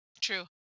True